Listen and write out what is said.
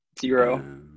Zero